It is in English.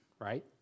right